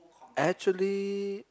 actually